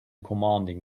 commanding